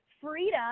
freedom